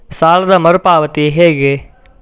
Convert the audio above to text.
ಸಾಲದ ಮರು ಪಾವತಿ ಹೇಗೆ?